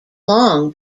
long